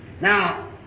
Now